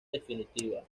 definitiva